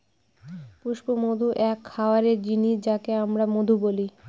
পুষ্পমধু এক খাবারের জিনিস যাকে আমরা মধু বলি